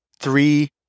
three